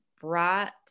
brought